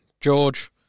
George